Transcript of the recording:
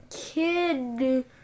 kid